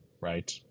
right